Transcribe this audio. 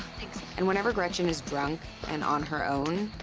thanks. and whenever gretchen is drunk and on her own,